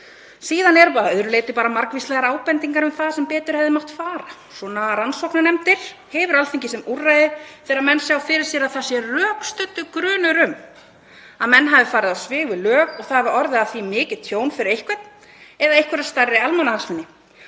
Síðan eru að öðru leyti bara margvíslegar ábendingar um það sem betur hefði mátt fara. Svona rannsóknarnefndir hefur Alþingi sem úrræði þegar menn sjá fyrir sér að það sé rökstuddur grunur um að menn hafi farið á svig við lög og það hafi orðið af því mikið tjón fyrir einhvern eða einhverja stærri almannahagsmuni.